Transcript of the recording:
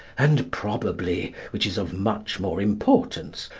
and probably, which is of much more importance,